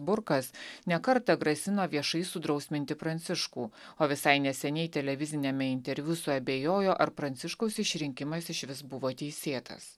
burkas ne kartą grasino viešai sudrausminti pranciškų o visai neseniai televiziniame interviu suabejojo ar pranciškaus išrinkimas išvis buvo teisėtas